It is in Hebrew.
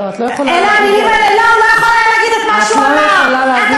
לא, אתה דופק